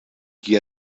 qui